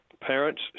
parents